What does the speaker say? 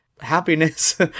happiness